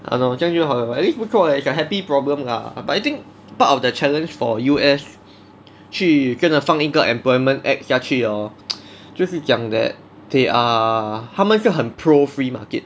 !hannor! 这样就好 liao at least 不错 leh it's a happy problem lah but I think part of the challenge for U_S 去跟他放一个 employment act 下去 hor 这是讲 that they err 他们是很 pro-free market